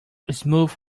smooth